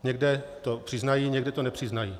Někde to přiznají, někde to nepřiznají.